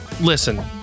listen